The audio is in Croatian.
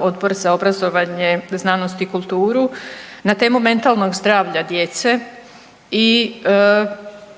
Odbor za obrazovanje, znanost i kulturu na temu mentalnog zdravlja djece i uistinu mislim